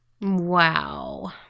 Wow